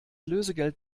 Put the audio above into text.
lösegeld